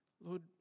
Lord